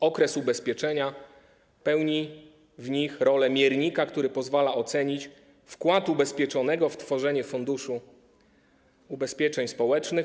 Okres ubezpieczenia pełni w nich rolę miernika, który pozwala ocenić wkład ubezpieczonego w tworzenie Funduszu Ubezpieczeń Społecznych.